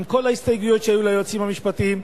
עם כל ההסתייגויות שהיו ליועצים המשפטיים,